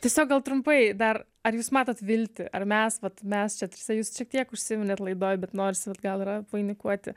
tiesiog gal trumpai dar ar jūs matot viltį ar mes vat mes čia trise jus šiek tiek užsiminėt laidoj bet norsisi vat gal yra vainikuoti